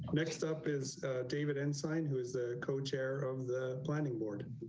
next up is david and sign, who is the co chair of the planning board,